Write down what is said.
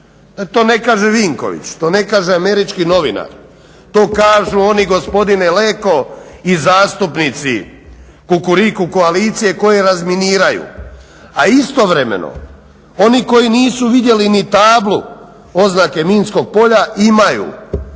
To ne kaže Vinković, to ne kaže američki novinar to kažu oni, gospodine Leko i zastupnici Kukuriku koalicije, koji razminiraju. A istovremeno oni koji nisu vidjeli ni tablu oznake minskog polja imaju,